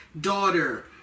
daughter